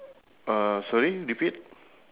okay correct